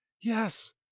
yes